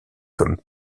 comme